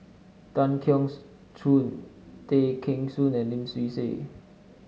Tan Keong Choon Tay Kheng Soon and Lim Swee Say